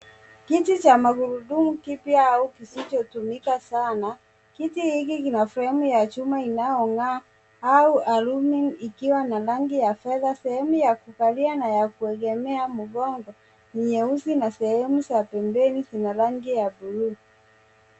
Kiti cha magurudumu kipya au kisichotumika sana. Kiti hiki kina fremu ya chuma inaongaa au alumini ikiwa na rangi ya fedha, sehemu ya kukalia na ya kuekemea mngongo ni nyeusi na sehemu za pembeni zina rangi ya bluu.